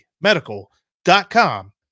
medical.com